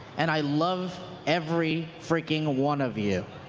and i love every freaking one of you.